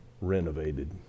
renovated